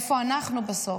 איפה אנחנו בסוף?